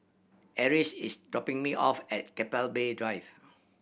Eris is dropping me off at Keppel Bay Drive